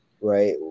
right